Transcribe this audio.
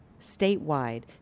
statewide